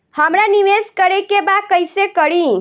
हमरा निवेश करे के बा कईसे करी?